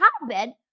hotbed